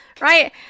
right